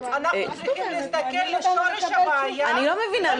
--- אנחנו צריכים להסתכל לשורש הבעיה --- אני לא מבינה,